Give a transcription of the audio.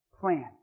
plan